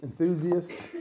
enthusiast